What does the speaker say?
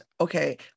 okay